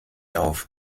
auf